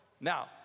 Now